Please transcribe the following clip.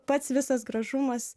pats visas gražumas